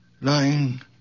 lying